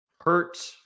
hurt